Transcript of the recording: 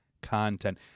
Content